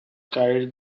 carried